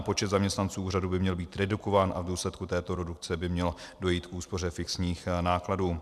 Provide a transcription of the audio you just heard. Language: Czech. Počet zaměstnanců úřadu by měl být redukován a v důsledku této redukce by mělo dojít k úspoře fixních nákladů.